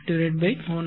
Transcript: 510